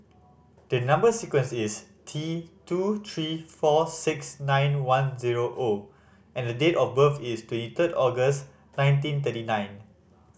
the number sequence is T two three four six nine one zero O and the date of birth is twenty third August nineteen thirty nine